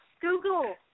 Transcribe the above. Google